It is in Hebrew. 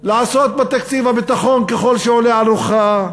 לעשות בתקציב הביטחון ככל שעולה על רוחך.